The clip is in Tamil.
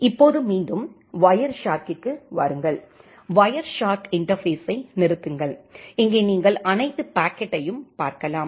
இப்போது மீண்டும் வயர்ஷார்க்கிற்கு வாருங்கள் வயர்ஷார்க் இன்டர்பேஸ்ஸை நிறுத்துங்கள் இங்கே நீங்கள் அனைத்து பாக்கெட்டையும் பார்க்கலாம்